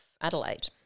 Adelaide